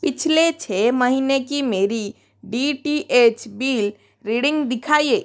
पिछले छः महीने की मेरी D T H bill reading दिखाइए